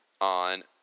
on